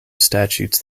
statutes